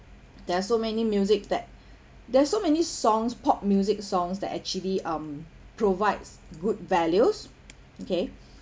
there are so many music that there's so many songs pop music songs that actually um provides good values okay